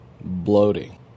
Bloating